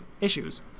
issues